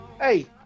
Hey